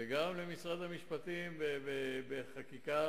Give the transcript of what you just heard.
וגם למשרד המשפטים בחקיקה,